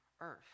earth